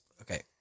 Okay